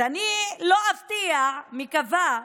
אז אני לא אפתיע, מקווה,